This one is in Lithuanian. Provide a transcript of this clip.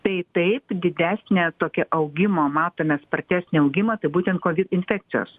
tai taip didesnę tokia augimo matome spartesnį augimą tai būtent kovi infekcijos